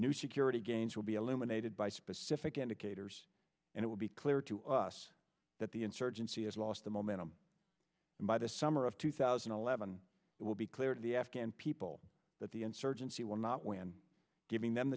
new security gains will be illuminated by specific indicators and it will be clear to us that the insurgency has lost the momentum and by the summer of two thousand and eleven it will be clear to the afghan people that the insurgency will not win giving them